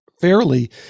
fairly